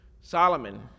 Solomon